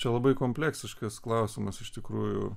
čia labai kompleksiškas klausimas iš tikrųjų